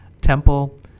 Temple